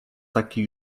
taki